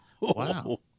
wow